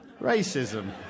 racism